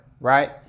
right